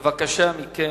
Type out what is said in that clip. בבקשה מכם.